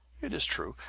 it is true,